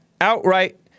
outright